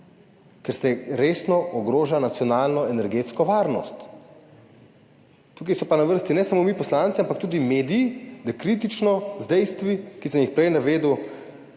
ker se resno ogroža nacionalno energetsko varnost. Tukaj pa so na vrsti ne samo poslanci, ampak tudi mediji, da kritično, z dejstvi, ki sem jih prej navedel,